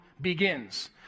begins